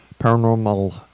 Paranormal